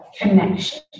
connection